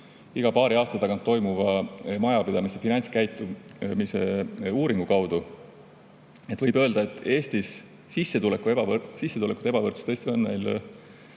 iga paari aasta tagant toimuva majapidamiste finantskäitumise uuringu kaudu. Võib öelda, et Eestis on sissetulekute ebavõrdsus